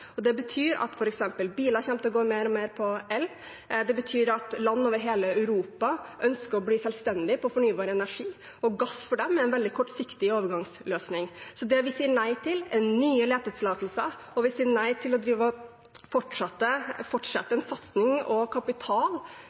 betyr f.eks. at biler kommer til å gå mer og mer på elektrisitet. Det betyr at land over hele Europa ønsker å bli selvstendige på fornybar energi. Gass er for dem en veldig kortsiktig overgangsløsning. Så det vi sier nei til, er nye letetillatelser og til å fortsette å satse kapital og